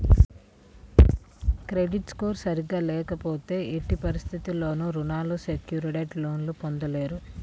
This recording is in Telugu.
క్రెడిట్ స్కోర్ సరిగ్గా లేకపోతే ఎట్టి పరిస్థితుల్లోనూ రుణాలు సెక్యూర్డ్ లోన్లు పొందలేరు